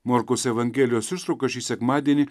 morkaus evangelijos ištrauka šį sekmadienį